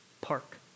Park